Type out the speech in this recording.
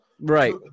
Right